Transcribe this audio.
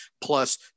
plus